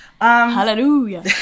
Hallelujah